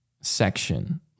section